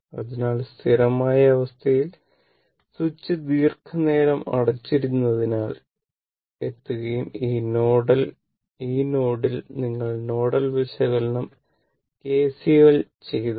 അതിനാൽ സ്ഥിരമായ അവസ്ഥയിൽ സ്വിച്ച് ദീർഘനേരം അടച്ചിരുന്നതിനാൽ എത്തുകയും ഈ നോഡിൽ നിങ്ങൾ നോഡൽ വിശകലനം കെസിഎൽ ചെയ്താൽ